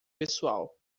pessoal